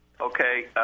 Okay